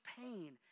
pain